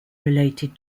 related